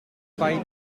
spite